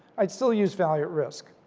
i'd still use value at risk.